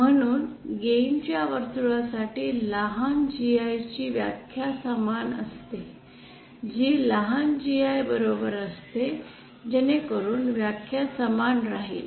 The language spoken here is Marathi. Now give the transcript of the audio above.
म्हणून गेन च्या वर्तुळसाठी लहान gi ची व्याख्या समान असते जी लहान gi बरोबर असते जेणेकरून व्याख्या समान राहील